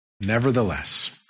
Nevertheless